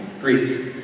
Greece